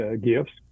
Gifts